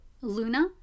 luna